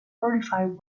fortified